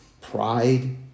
pride